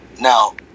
now